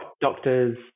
doctors